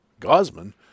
Gosman